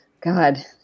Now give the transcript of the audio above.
God